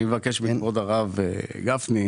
אני אבקש מכבוד הרב גפני,